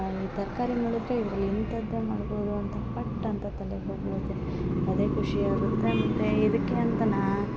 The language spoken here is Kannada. ತರಕಾರಿ ನೋಡುದರೆ ಇವ್ರ ಎಂಥದ್ದ ಮಾಡ್ಬೌದು ಅಂತ ಪಟ್ ಅಂತ ತಲೆಗೆ ಹೋಗುತ್ತೆ ಅದೇ ಖುಷಿ ಆಗುತ್ತೆ ಮತ್ತು ಇದ್ಕೆ ಅಂತ ನಾ